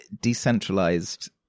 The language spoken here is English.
decentralized